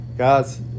Guys